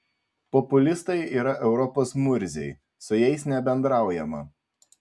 populistai yra europos murziai su jais nebendraujama